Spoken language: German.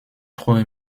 freue